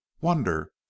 wonder